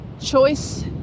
choice